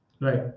Right